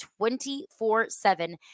24-7